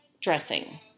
dressing